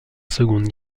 seconde